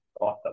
Awesome